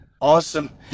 Awesome